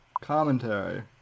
Commentary